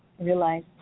Realize